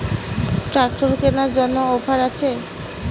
Tractor কেনার জন্য offer আছে?